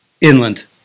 Inland